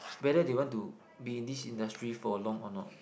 whether they want to be in this industry for long or not